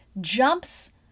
Jumps